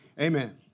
Amen